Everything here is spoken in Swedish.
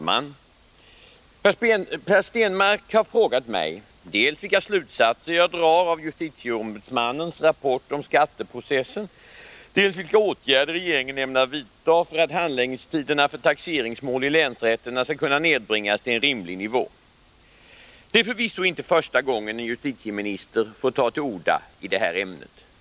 Fru talman! Per Stenmarck har frågat mig dels vilka slutsatser jag drar av justitieombudsmannens rapport om skatteprocessen, dels vilka åtgärder regeringen ämnar vidta för att handläggningstiderna för taxeringsmål i länsrätterna skall kunna nedbringas till en rimlig nivå. Det är förvisso inte första gången en justitieminister får ta till orda i det här ämnet.